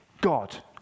God